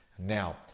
Now